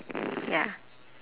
ya